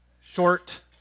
short